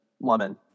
lemon